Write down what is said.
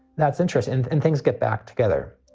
that's interesting. and things get back together.